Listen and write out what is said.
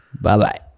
Bye-bye